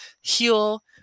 heal